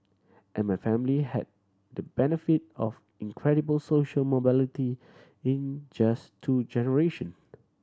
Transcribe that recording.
and my family had the benefit of incredible social mobility in just two generation